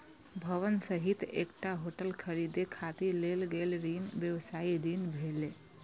भवन सहित एकटा होटल खरीदै खातिर लेल गेल ऋण व्यवसायी ऋण भेलै